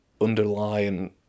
underlying